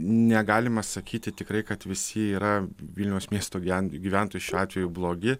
negalima sakyti tikrai kad visi yra vilniaus miesto gyvent gyventojai šiuo atveju blogi